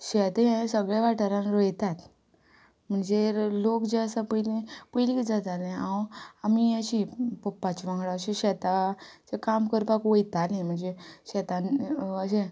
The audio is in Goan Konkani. शेत हें सगळे वाठारान रोयतात म्हणजेर लोक जे आसा पयलीं पयलीं कित जातालें हांव आमी अशीं पप्पाचे वांगडा अशें शेता थंय काम करपाक वयतालीं म्हणजे शेतान अशें